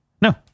No